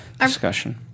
discussion